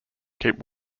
keep